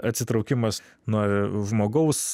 atsitraukimas nuo žmogaus